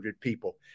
people